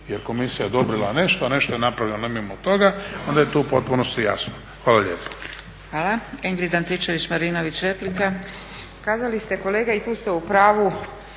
jer komisija je odobrila nešto, a nešto je napravljeno mimo toga, onda je to u potpunosti jasno. Hvala lijepo. **Zgrebec, Dragica